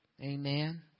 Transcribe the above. Amen